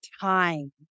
time